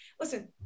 listen